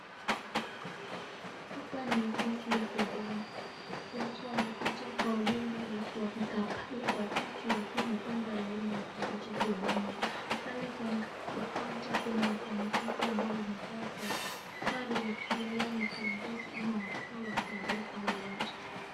Hapa ni ofisi ya huduma. Watu wamekuja kwa wingi alafu wamekaa pale kwa kiti wakiwa wamepanga laini wakingoja kuhudumiwa. Pale kwa kaunta kuna wafanyi kazi ambao wamevaa sare. Sare wakiwa huwa ni viongozi ama wataka wasaidie hawa watu.